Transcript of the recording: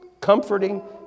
Comforting